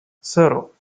cero